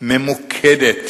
ממוקדת